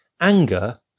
anger